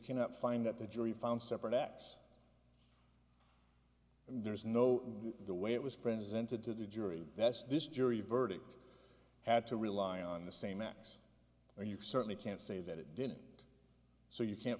cannot find that the jury found separate acts and there's no the way it was presenting to the jury that's this jury verdict had to rely on the same acts and you certainly can't say that it didn't so you can't